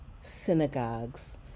synagogues